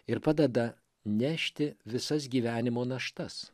ir padeda nešti visas gyvenimo naštas